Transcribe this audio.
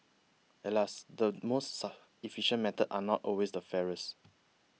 alas the most efficient methods are not always the fairest